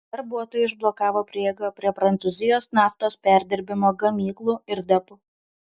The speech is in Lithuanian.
darbuotojai užblokavo prieigą prie prancūzijos naftos perdirbimo gamyklų ir depų